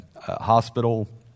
hospital